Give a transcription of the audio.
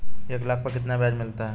एक लाख पर कितना ब्याज मिलता है?